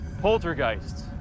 Poltergeists